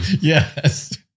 Yes